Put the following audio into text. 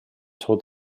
told